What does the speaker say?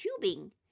tubing